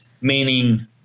Meaning